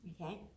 okay